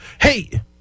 hey